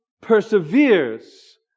perseveres